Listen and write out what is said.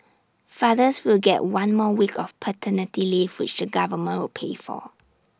fathers will get one more week of paternity leave which the government will pay for